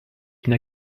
une